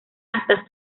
hasta